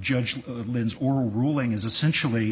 judge lind's or ruling is essentially